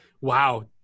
Wow